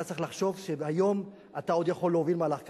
אתה צריך לחשוב שהיום אתה עוד יכול להוביל מהלך כזה.